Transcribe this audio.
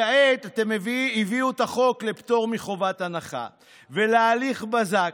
כעת הביאו את החוק לפטור מחובת הנחה ולהליך בזק,